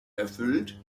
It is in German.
erfüllt